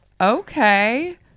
Okay